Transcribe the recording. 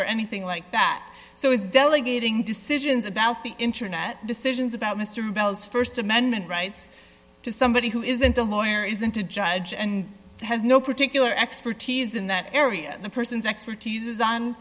or anything like that so it's delegating decisions about the internet decisions about mr bell's st amendment rights to somebody who isn't a lawyer isn't a judge and has no particular expertise in that area the person's expertise is on